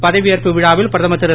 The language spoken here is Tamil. பதவியேற்பு விழாவில் பிரதமர் திரு